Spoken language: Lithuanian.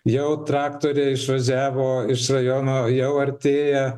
jau traktoriai išvažiavo iš rajono jau artėja